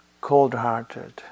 cold-hearted